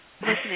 listening